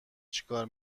چیکار